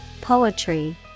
poetry